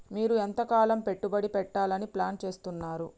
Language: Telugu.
మీరు ఎంతకాలం పెట్టుబడి పెట్టాలని ప్లాన్ చేస్తున్నారు?